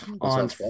on